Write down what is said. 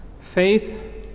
faith